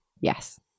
yes